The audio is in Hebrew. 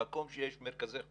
במקום שיש מרכזי חוסן,